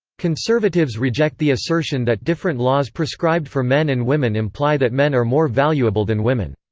conservatives reject the assertion that different laws prescribed for men and women imply that men are more valuable than women.